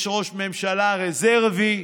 יש ראש ממשלה רזרבי,